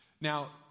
Now